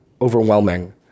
overwhelming